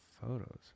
photos